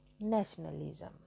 nationalism